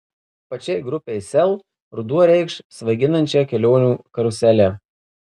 pačiai grupei sel ruduo reikš svaiginančią kelionių karuselę